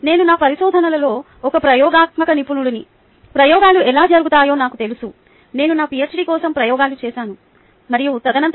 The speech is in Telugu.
నేను నా పరిశోధనలో ఒక ప్రయోగాత్మక నిపుణుడిని ప్రయోగాలు ఎలా జరుగుతాయో నాకు తెలుసు నేను నా PHD కోసం ప్రయోగాలు చేశాను మరియు తదనంతరం